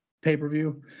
pay-per-view